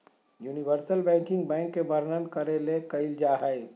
universal banking bank के वर्णन करे ले कइल जा हइ